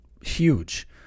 huge